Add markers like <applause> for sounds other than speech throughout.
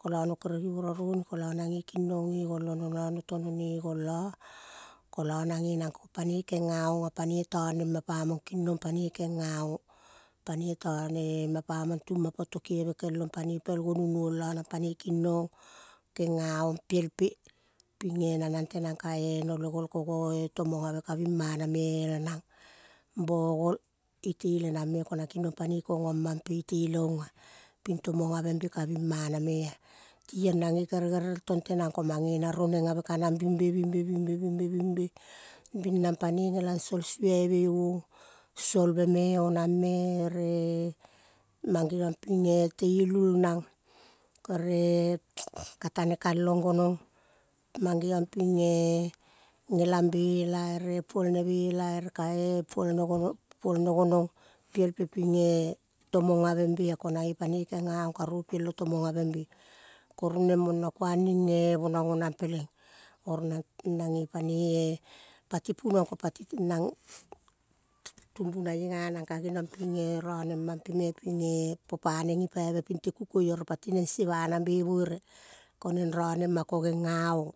Kolo no kere givoro roni, kolo nange kinong ge gol ono. Lo ne teno ne gol, lo kolo nange kong panoi genga ong. Panoi tone ma pa mong tung ma poto kieve kel long panoi pel gonu nuong lo nang panoi king nong kengiaong piel pe ping eh nanang tenang ka-e no le gol ko go-e tomomg ave kabing mana me el nang bo. Gol itele ong ah. Bing tomong ave be kabing mana me-a. Tiong nange kere gerel tenang ko mange na roneng ave ka-nang bing be, bing be, bing be, bing be. Bing nang panoi gelang so-ong suere ong. Suelve me onang me ere mangeong ping en. Te ilul nang, kere <noise> kata ne kalong gonong, mangeong ping eh. Gelang bela ere puolne bela ere kae puolne konong. Piel pe ping eh. Tomomg ave bea, ko-nang ge panoi keng ga ong karu piel lo tomong ave be ko. Roneng mono kueng ning eh. Bonong onang, peleng oro nange panoi eh, pati puonuong ko pati ti nang tung bunaie gonang ka geniong ping eh. Rone mam pe me ping eh popa neng gipaive ping te kukoi oro pati. Neng sie manang be buere ko neng ronem ma ko. Genga ong.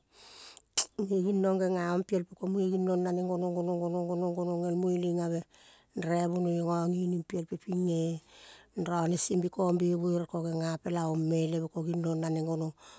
Muge gignong, gonong genga ong peil pe ko muge ginong naneng gonong, gonong gonong gel mueleng ave. Raivonoi-gogining piel pe ping eh. Rone sie be kong be buere ko-genga pela ong me. Leve, ko ging nong naneng.